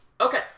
Okay